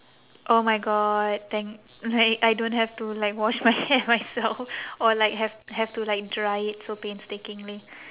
oh my god thank like I don't have to like wash my hair myself or like have have to like dry it so painstakingly